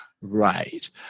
right